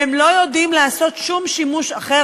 והם לא יודעים לעשות שום שימוש אחר,